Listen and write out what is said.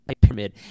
pyramid